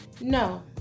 No